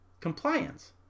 compliance